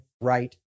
right